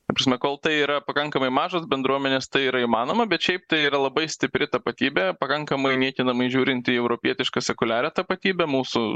ta prasme kol tai yra pakankamai mažos bendruomenės tai yra įmanoma bet šiaip tai yra labai stipri tapatybė pakankamai niekinamai žiūrinti į europietišką sekuliarią tapatybę mūsų